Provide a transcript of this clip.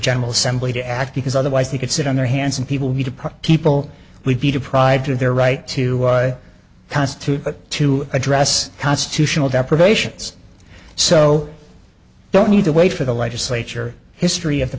general assembly to act because otherwise you could sit on their hands and people need to put people would be deprived of their right to constitute but to address constitutional deprivations so don't need to wait for the legislature history of the